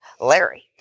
Larry